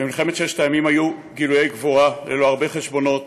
במלחמת ששת הימים היו גילויי גבורה ללא הרבה חשבונות.